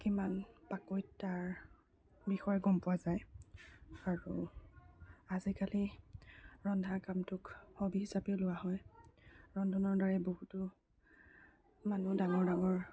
কিমান পাকৈত তাৰ বিষয়ে গম পোৱা যায় আৰু আজিকালি ৰন্ধা কামটোক হবি হিচাপে লোৱা হয় ৰন্ধনৰ দ্বাৰাই বহুতো মানুহ ডাঙৰ ডাঙৰ